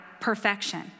perfection